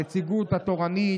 הנציגות התורנית,